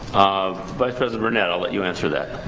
um vice president burnett i'll let you answer that.